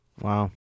Wow